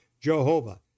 Jehovah